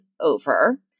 over